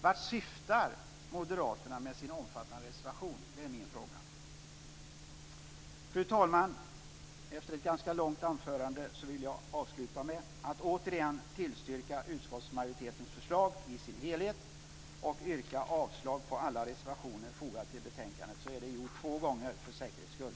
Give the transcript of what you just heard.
Vart syftar Moderaterna med sin omfattande reservation? Det är min fråga. Fru talman! Efter ett ganska långt anförande vill jag avsluta med att återigen tillstyrka utskottsmajoritetens förslag i sin helhet och yrka avslag på alla reservationer fogade till betänkandet. Så är det gjort två gånger för säkerhets skull.